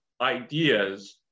ideas